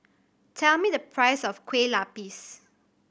tell me the price of Kueh Lapis